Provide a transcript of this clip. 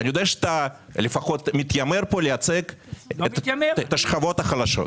אני יודע שאתה לפחות מתיימר לייצג פה את השכבות החלשות.